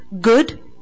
good